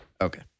Okay